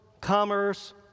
commerce